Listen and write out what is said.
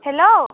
hello